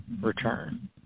return